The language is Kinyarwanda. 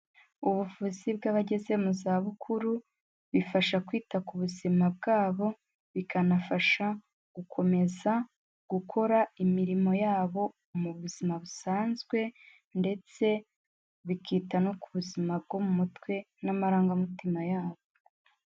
Ubuvuzi bw'abageze mu za bukuru bifasha kwita ku buzima bwabo bikanafasha gukomeza gukora imirimo yabo mu buzima busanzwe ndetse bikita no ku buzima bwo mu mutwe n'amarangamutima yabo.